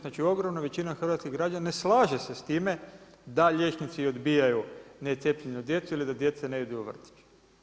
Znači ogroman većina hrvatskih građana ne slaže se s time da liječnici odbijaju ne cijepljenje djece ili da djeca ne idu u vrtić.